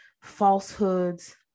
falsehoods